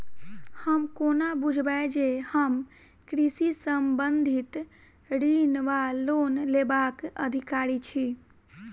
हम कोना बुझबै जे हम कृषि संबंधित ऋण वा लोन लेबाक अधिकारी छी?